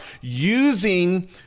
using